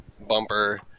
bumper